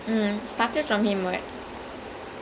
I that's why I don't understand how they could just kill him off